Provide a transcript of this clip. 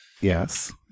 Yes